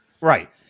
Right